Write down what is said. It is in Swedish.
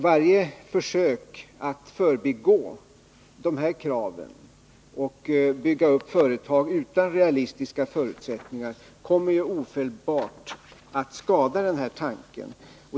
Varje försök att förbigå dessa krav och bygga upp företag utan realistiska förutsättningar kommer ju ofelbart att skada den här tanken.